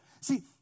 See